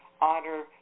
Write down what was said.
honor